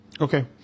Okay